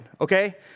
okay